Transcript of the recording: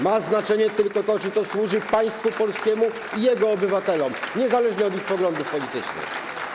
Ma znaczenie tylko to, czy to służy państwu polskiemu i jego obywatelom, niezależnie od ich poglądów politycznych.